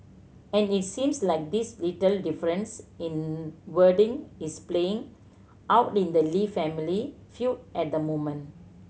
and it seems like these little differences in wording is playing out in the Lee family feud at the moment